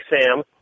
Sam